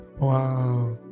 Wow